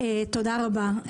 תודה רבה,